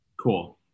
Cool